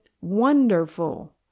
wonderful